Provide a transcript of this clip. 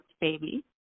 baby